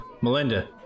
melinda